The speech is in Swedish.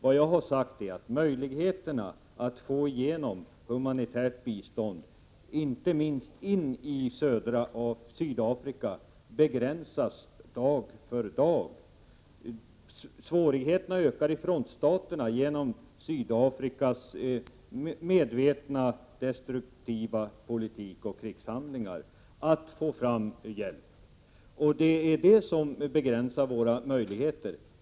Vad jag har sagt är att möjligheterna att få igenom humanitärt bistånd inte minst in i Sydafrika begränsas dag för dag. Svårigheterna med att få fram hjälp ökar i frontstaterna genom Sydafrikas medvetna destruktiva politik och krigshandlingar. Det är vad som begränsar våra möjligheter.